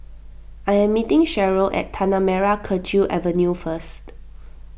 I am meeting Sheryll at Tanah Merah Kechil Avenue First